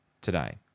today